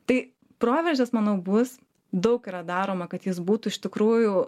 tai provėžas manau bus daug yra daroma kad jis būtų iš tikrųjų